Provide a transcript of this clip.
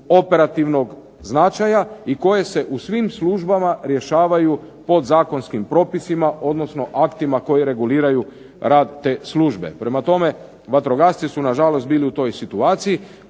operativnog značaja i koje se u svim službama rješavaju podzakonskim propisima, odnosno aktima koji reguliraju rad te službe. Prema tome vatrogasci su nažalost bili u toj situaciji.